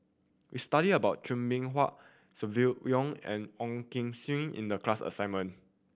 we studied about Chua Beng Huat Silvia Yong and Ong Kim Seng in the class assignment